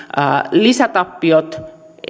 lisätappiot